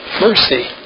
mercy